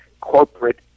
corporate